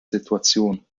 situation